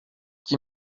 qui